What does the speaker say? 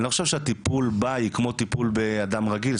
אני לא חושב שהטיפול בה הוא כמו טיפול באדם רגיל.